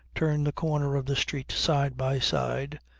turn the corner of the street side by side,